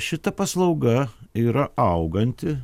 šita paslauga yra auganti